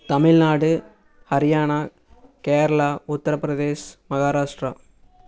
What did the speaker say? Tamil Nadu Haryana Kerala Uttar Pradesh Maharashtra